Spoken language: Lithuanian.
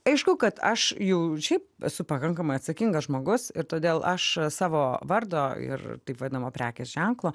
aišku kad aš jau ir šiaip esu pakankamai atsakingas žmogus ir todėl aš savo vardo ir taip vadinamo prekės ženklo